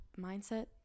mindset